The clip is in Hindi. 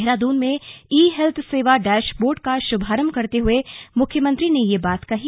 देहरादून में ई हेल्थ सेवा डैशबोर्ड का शुभारम्भ करते हुए मुख्यमंत्री ने ये बात कही